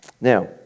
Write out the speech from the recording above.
Now